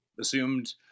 assumed